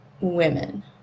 Women